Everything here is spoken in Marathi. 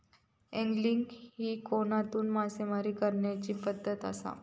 अँगलिंग ही कोनातून मासेमारी करण्याची पद्धत आसा